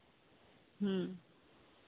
ᱦᱮᱸ